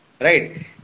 right